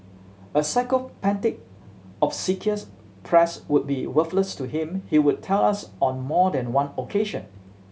a sycophantic obsequious press would be worthless to him he would tell us on more than one occasion